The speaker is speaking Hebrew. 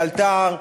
לאלתר,